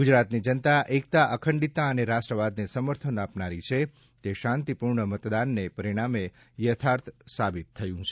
ગુજરાતની જનતા એકતા અખંડિતતા અને રાષ્ટ્રવાદને સમર્થન આપનારી છે તે શાંતિપૂર્ણ મતદાનને પરિણામે યથાર્થ સાબિત થયું છે